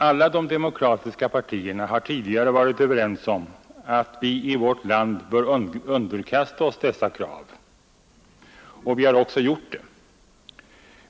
Alla de demokratiska partierna har tidigare varit överens om att vi i vårt land bör underkasta oss dessa krav, och vi har också gjort det.